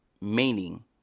meaning